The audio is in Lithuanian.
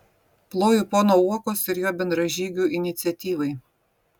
ploju pono uokos ir jo bendražygių iniciatyvai